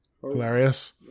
hilarious